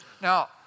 Now